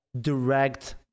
direct